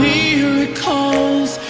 Miracles